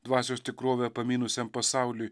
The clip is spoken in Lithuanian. dvasios tikrovę pamynusiam pasauliui